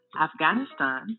Afghanistan